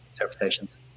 interpretations